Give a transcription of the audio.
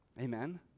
amen